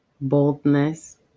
boldness